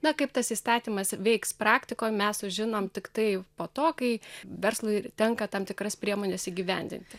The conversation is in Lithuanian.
na kaip tas įstatymas veiks praktikoj mes sužinom tiktai po to kai verslui tenka tam tikras priemones įgyvendinti